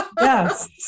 Yes